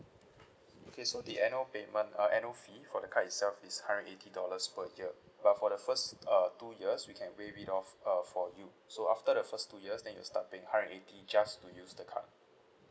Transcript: okay so the annual payment uh annual fee for the card itself is hundred eighty dollars per year but for the first uh two years we can waive it off uh for you so after the first two years then you'll start paying hundred eighty just to use the card